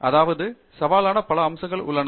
அதாவது சவாலான பல அம்சங்கள் உள்ளன